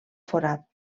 forat